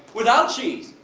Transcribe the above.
without cheese.